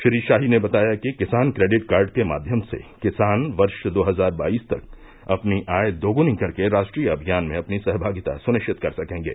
श्री शाही ने बताया कि किसान क्रेडिट कार्ड के माध्यम से किसान वर्ष दो हजार बाईस तक अपनी आय दोग्नी करके राष्ट्रीय अभियान में अपनी सहभागिता सुनिश्चित कर सकेंगें